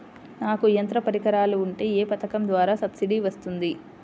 నాకు యంత్ర పరికరాలు ఉంటే ఏ పథకం ద్వారా సబ్సిడీ వస్తుంది?